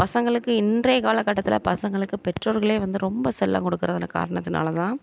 பசங்களுக்கு இன்றைய காலக்கட்டத்தில் பசங்களுக்கு பெற்றோர்களே வந்து ரொம்ப செல்லம் கொடுக்குற காரணத்தினால தான்